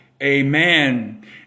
Amen